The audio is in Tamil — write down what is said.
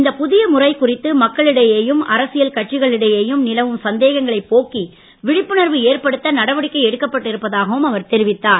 இந்த புதிய முறை குறித்து மக்களிடையேயும் அரசியல் கட்சிகளிடையேயும் நிலவும் சந்தேகங்களைப் போக்கி விழிப்புணர்வு ஏற்படுத்த நடவடிக்கை எடுக்கப்பட்டு இருப்பதாகவும் அவர் தெரிவித்தார்